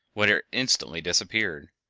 when it instantly disappeared.